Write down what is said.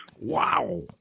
Wow